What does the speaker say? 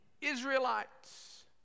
Israelites